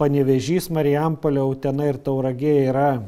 panevėžys marijampolė utena ir tauragė yra